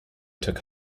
took